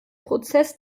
prozess